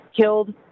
killed